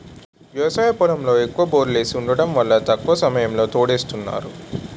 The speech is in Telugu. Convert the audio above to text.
వ్యవసాయ పొలంలో ఎక్కువ బోర్లేసి వుండటం వల్ల తక్కువ సమయంలోనే తోడేస్తున్నారు